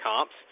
comps